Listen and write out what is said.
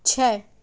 چھ